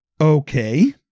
Okay